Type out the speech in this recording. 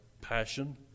passion